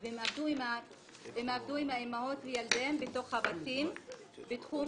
עם האימהות וילדיהן בתוך הבתים בתחום